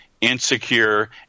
insecure